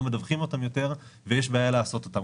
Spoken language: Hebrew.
מדווחים אותם יותר ויש בעיה לעשות אותם.